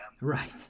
Right